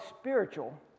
spiritual